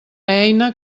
eina